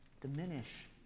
diminish